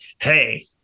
Hey